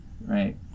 right